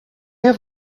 have